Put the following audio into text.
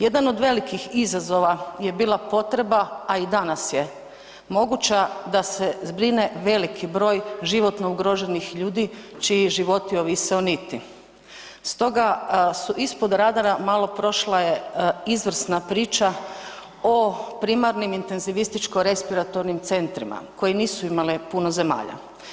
Jedan od velikih izazova je bila potreba, a i danas je moguća da se zbrine veliki broj životno ugroženih ljudi čiji životi ovise o niti, stoga su ispod radara malo prošle izvrsna priča o primarnim intenzivističko-respiratornim centrima koji nisu imale puno zemalja.